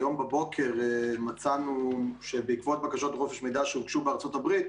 היום בבוקר מצאנו שבעקבות בקשות לחופש מידע שהוגשו בארצות הברית,